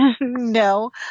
No